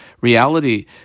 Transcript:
reality